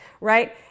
Right